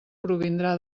provindrà